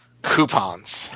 Coupons